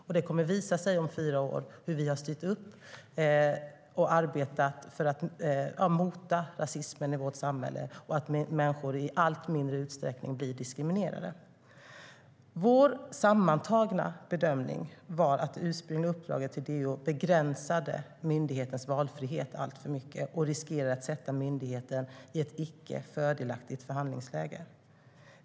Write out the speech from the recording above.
Och om fyra år kommer det att visa sig hur vi har styrt upp arbetet och arbetat för att mota rasismen i vårt samhälle och för att människor ska bli diskriminerade i allt mindre utsträckning. Vår sammantagna bedömning var att det ursprungliga uppdraget till DO begränsade myndighetens valfrihet alltför mycket. Det riskerade att sätta myndigheten i ett icke fördelaktigt förhandlingsläge.